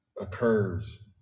occurs